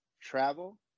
travel